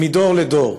ומדור לדור.